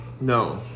No